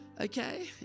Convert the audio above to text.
Okay